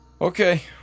Okay